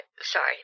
sorry